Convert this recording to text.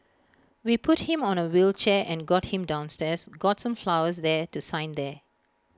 we put him on A wheelchair and got him downstairs got some flowers there to sign there